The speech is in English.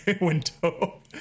window